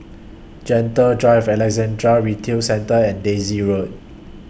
Gentle Drive Alexandra Retail Centre and Daisy Road